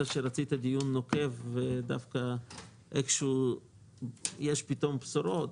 שרצית דיון נוקב ודווקא איכשהו יש פתאום בשורות,